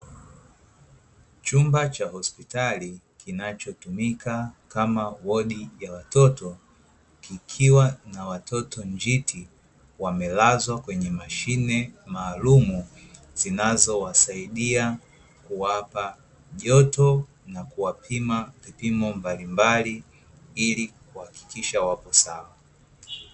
Chumba cha hospitali kinachotumika kama wodi ya watoto, kikiwa na watoto Njiti wamelazwa kwenye mashine maalumu zinazo wasaidia kuwapa joto na kuwapima vipimo mbalimbali ili kuhakikisha wapo sawa.